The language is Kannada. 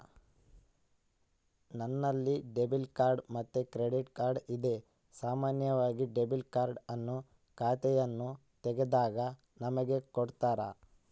ನನ್ನಲ್ಲಿ ಡೆಬಿಟ್ ಮತ್ತೆ ಕ್ರೆಡಿಟ್ ಕಾರ್ಡ್ ಇದೆ, ಸಾಮಾನ್ಯವಾಗಿ ಡೆಬಿಟ್ ಕಾರ್ಡ್ ಅನ್ನು ಖಾತೆಯನ್ನು ತೆಗೆದಾಗ ನಮಗೆ ಕೊಡುತ್ತಾರ